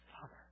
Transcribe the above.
Father